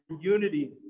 unity